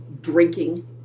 drinking